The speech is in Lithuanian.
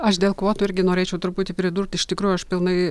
aš dėl kvotų irgi norėčiau truputį pridurt iš tikrųjų aš pilnai